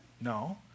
No